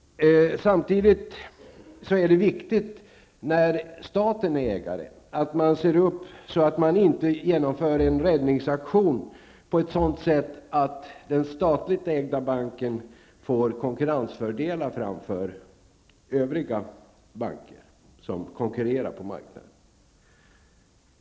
Samtidigt är det när staten är ägare viktigt att man ser upp så att man inte genomför en räddningsaktion på ett sådant sätt att den statligt ägda banken får konkurrensfördelar framför övriga banker som konkurrerar på marknaden.